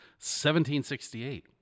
1768